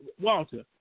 Walter